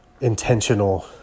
intentional